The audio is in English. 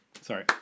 sorry